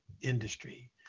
industry